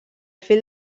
fil